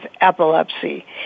epilepsy